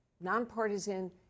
nonpartisan